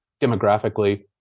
demographically